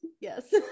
Yes